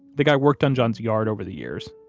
the guy worked on john's yard over the years.